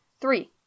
Three